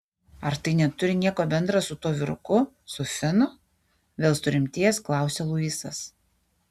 ar tai neturi nieko bendra su tuo vyruku su finu vėl surimtėjęs klausia luisas